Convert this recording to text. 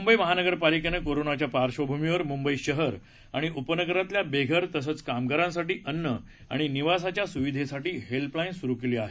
मंबई महानगरपालिकेनं कोरोनाच्या पार्श्वभूमीवर मंबई शहर आणि उपनगरांतल्या बेघर तसंच कामगारांसाठी अन्न आणि निवासाच्या स्विधेसाठी हेल्पलाईन सुरु केली आहे